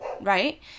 right